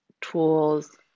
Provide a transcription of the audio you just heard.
tools